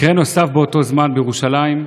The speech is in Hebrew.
מקרה נוסף באותו זמן בירושלים,